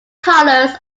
colors